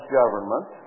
government